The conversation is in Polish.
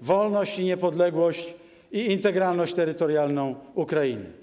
wolność, niepodległość i integralność terytorialną Ukrainy.